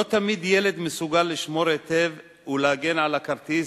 לא תמיד ילד מסוגל לשמור היטב ולהגן על הכרטיס,